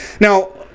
Now